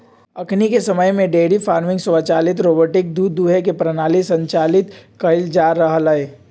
अखनिके समय में डेयरी फार्मिंग स्वचालित रोबोटिक दूध दूहे के प्रणाली संचालित कएल जा रहल हइ